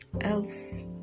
else